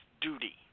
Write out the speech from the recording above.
duty